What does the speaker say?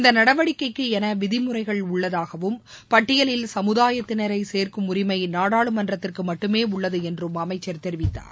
இந்த நடவடிக்கைக்கு என விதிமுறைகள் உள்ளதாகவும் பட்டியலில் சமுதாயத்தினரை சேர்க்கும் உரிமை நாடாளுமன்றத்திற்கு மட்டுமே உள்ளது என்றும் அமைச்சர் தெரிவித்தார்